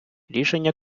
рішення